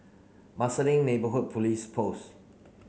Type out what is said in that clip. Marsiling Neighbourhood Police Post